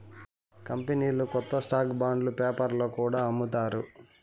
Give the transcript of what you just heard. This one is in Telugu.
కంపెనీలు కొత్త స్టాక్ బాండ్ పేపర్లో కూడా అమ్ముతారు